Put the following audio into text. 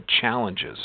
challenges